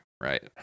right